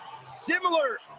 Similar